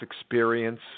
experience